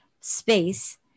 space